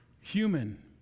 human